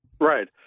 Right